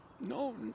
No